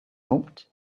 hoped